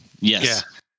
Yes